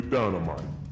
Dynamite